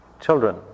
Children